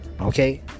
Okay